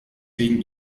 wegen